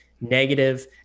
negative